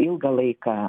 ilgą laiką